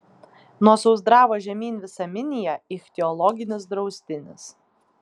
nuo sausdravo žemyn visa minija ichtiologinis draustinis